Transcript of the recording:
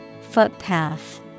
Footpath